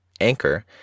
anchor